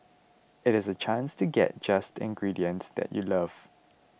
it is a chance to get just ingredients that you love